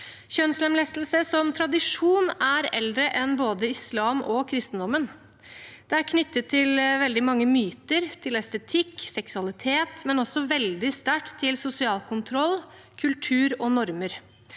Kjønnslemlestelse som tradisjon er eldre enn både islam og kristendommen. Det er knyttet til veldig mange myter, til estetikk, seksualitet, men også veldig sterkt til sosial kontroll, kultur og normer.